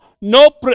no